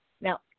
Now